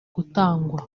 gutangwa